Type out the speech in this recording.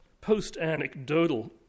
post-anecdotal